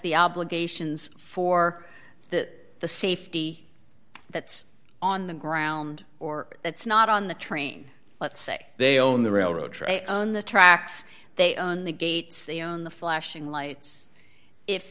the obligations for that the safety that's on the ground or that's not on the train let's say they own the railroad train on the tracks they own the gates they own the flashing lights if